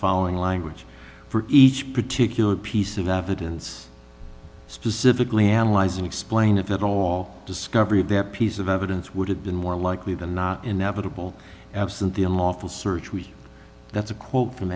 following language for each particular piece of evidence specifically analyze and explain if at all discovery of that piece of evidence would have been more likely than not inevitable absent the unlawful search we that's a quote from